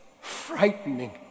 frightening